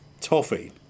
toffee